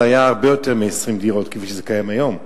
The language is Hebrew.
זה היה הרבה יותר מ-20 דירות כפי שזה קיים היום.